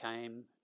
came